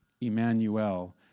Emmanuel